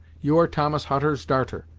you are thomas hutter's darter,